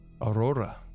Aurora